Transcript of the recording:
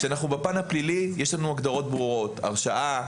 כשאנחנו הפן הפלילי יש לנו הגדרות ברורות: הרשעה,